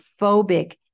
phobic